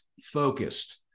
focused